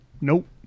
Nope